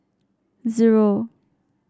zero